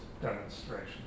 demonstration